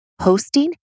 hosting